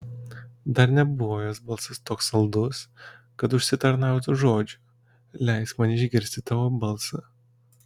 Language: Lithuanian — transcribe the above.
dar nebuvo jos balsas toks saldus kad užsitarnautų žodžių leisk man išgirsti tavo balsą